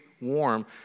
warm